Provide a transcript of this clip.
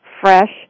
fresh